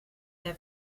der